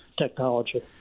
technology